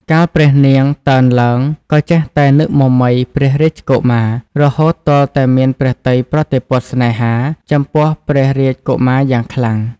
កាលព្រះនាងតើណឡើង ក៏ចេះតែនឹកមមៃព្រះ រាជកុមារ រហូតទាល់តែមានព្រះទ័យប្រតិព័ទ្ធស្នេហា ចំពោះព្រះរាជកុមារយ៉ាងខ្លាំង ។